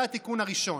זה התיקון הראשון.